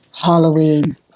Halloween